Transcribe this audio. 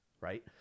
right